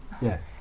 Yes